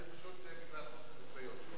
זה בגלל חוסר ניסיון.